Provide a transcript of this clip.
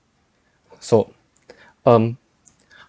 so um